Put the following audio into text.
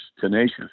tenacious